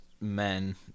men